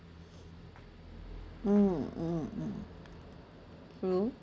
mm mm true